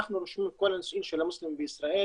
אנחנו רושמים את כל הנישואין של המוסלמים בישראל